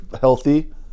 healthy